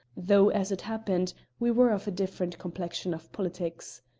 though, as it happened, we were of a different complexion of politics.